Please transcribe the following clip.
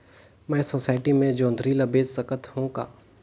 मैं सोसायटी मे जोंदरी ला बेच सकत हो का?